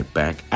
back